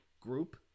group